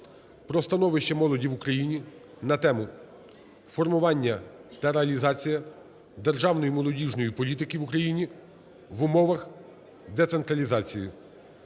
про становище молоді в Україні на тему: "Формування та реалізація державної молодіжної політики в Україні в умовах децентралізації".